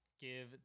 Give